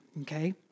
okay